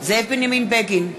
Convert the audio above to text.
זאב בנימין בגין,